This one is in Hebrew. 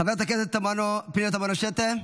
חברת הכנסת פנינה תמנו שטה,